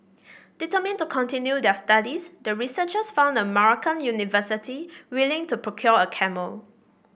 determined to continue their studies the researchers found a Moroccan university willing to procure a camel